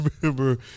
remember